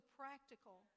practical